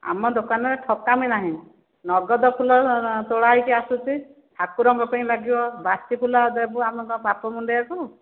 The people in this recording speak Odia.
ଆମ ଦୋକାନରେ ଠକାମୀ ନାହିଁ ନଗଦ ଫୁଲ ତୋଳା ହୋଇ କରି ଆସୁଛି ଠାକୁରଙ୍କ ପାଇଁ ଲାଗିବ ବାସି ଫୁଲ ଦେବୁ ଆମେ କ'ଣ ପାପ ମୁଣ୍ଡେଇବାକୁ